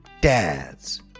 dads